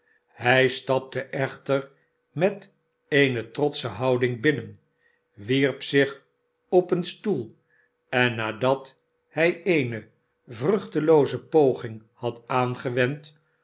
hij stapte echter met eene trotsche houding binnen wierp zich op een stoel en nadat hij eene vruchtelooze poging had aangewend